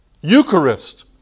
Eucharist